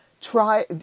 try